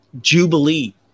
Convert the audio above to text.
Jubilee